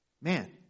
Man